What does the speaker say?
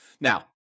Now